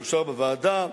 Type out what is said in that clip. אושר בוועדה,